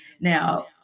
Now